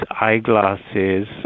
eyeglasses